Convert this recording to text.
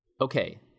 okay